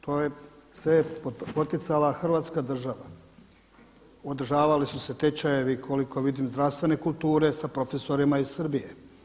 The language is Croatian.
To je sve poticala Hrvatska država, održavali su se tečajevi vidim zdravstvene kulture sa profesorima iz Srbije.